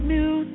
Music